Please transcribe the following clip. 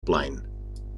plein